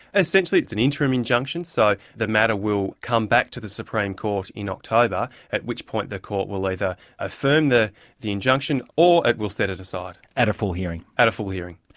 essentially it's an interim injunction, so the matter will come back to the supreme court in october, at which point the court will either affirm the the injunction or it will set it aside. at a full hearing. at a full hearing.